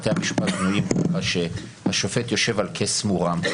בתי המשפט בנויים כך שהשופט יושב על כס מורם,